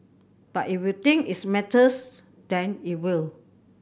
but if you think its matters then it will